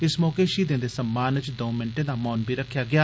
इस मौके शहीदें दे सम्मान च दौं मिट्टे दा मौन बी रक्खेआ गेआ